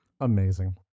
Amazing